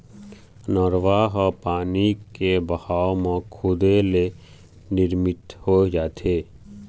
नरूवा ह पानी के बहाव म खुदे ले निरमित होए रहिथे